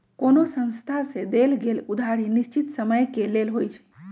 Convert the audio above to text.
कोनो संस्था से देल गेल उधारी निश्चित समय के लेल होइ छइ